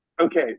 Okay